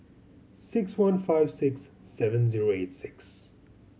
six one five six seven zero eight six